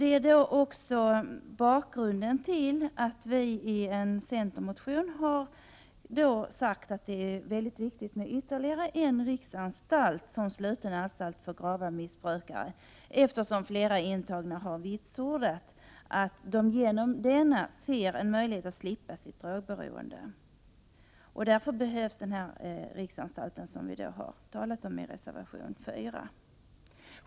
Det är också bakgrunden till att vi i en centermotion har sagt att det är mycket viktigt att ytterligare en riksanstalt blir en sluten anstalt för grava missbrukare, eftersom flera intagna har vitsordat att de genom denna ser en möjlighet att slippa sitt drogberoende. Därför behövs den riksanstalt som vi har talat om i reservation 4.